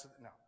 No